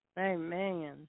Amen